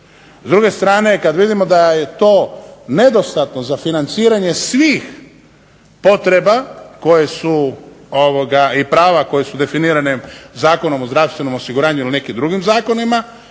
S druge strane, kad vidimo da je to nedostatno za financiranje svih potreba i prava koje su definirane Zakonom o zdravstvenom osiguranju ili nekim drugim zakonima